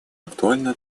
актуально